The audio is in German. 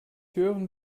hören